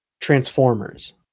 Transformers